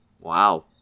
Wow